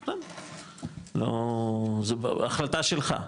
זה החלטה שלך,